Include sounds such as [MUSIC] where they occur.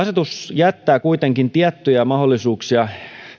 [UNINTELLIGIBLE] asetus jättää kuitenkin tiettyjä mahdollisuuksia